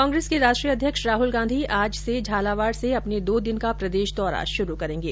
कांग्रेस के राष्ट्रीय अध्यक्ष राहुल गांधी आज से झालावाड से अपने दो दिन का दौरा शुरू करेंगे